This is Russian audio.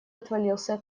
отвалился